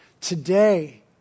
today